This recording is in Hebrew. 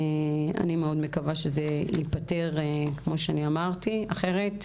אני מאוד מקווה שזה ייפתר, כמו שאמרתי, אחרת,